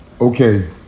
Okay